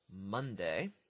Monday